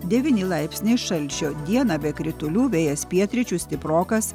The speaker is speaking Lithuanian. devyni laipsniai šalčio dieną be kritulių vėjas pietryčių stiprokas